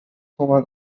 تومن